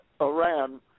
Iran